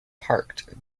parked